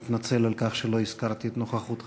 אני מתנצל על כך שלא הזכרתי את נוכחותך